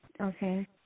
Okay